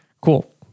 Cool